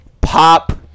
Pop